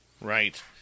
right